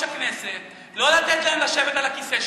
הכנסת לא לתת להם לשבת על הכיסא שלו,